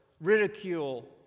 ridicule